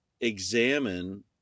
examine